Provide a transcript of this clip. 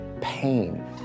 pain